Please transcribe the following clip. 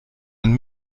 ein